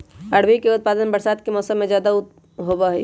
अरबी के उत्पादन बरसात के मौसम में ज्यादा होबा हई